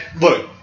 Look